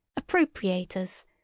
appropriators